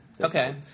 Okay